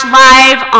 live